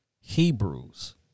Hebrews